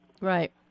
Right